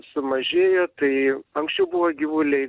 sumažėjo tai anksčiau buvo gyvuliai